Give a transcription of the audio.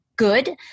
Good